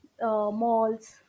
malls